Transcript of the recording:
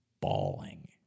bawling